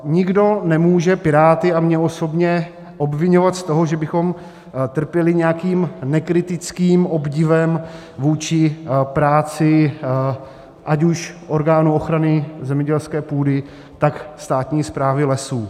Nikdo nemůže Piráty a mě osobně obviňovat z toho, že bychom trpěli nějakým nekritickým obdivem vůči práci ať už orgánů ochrany zemědělské půdy, tak státní správy lesů.